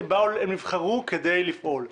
הם נבחרו כדי לפעול.